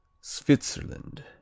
Switzerland